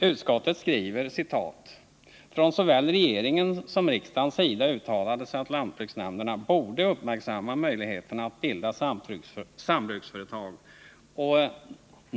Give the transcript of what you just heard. Utskottet skriver: ”Från såväl regeringens som riksdagens sida uttalades att lantbruksnämnderna borde uppmärksamma möjligheten att bilda sambruksföreningar och.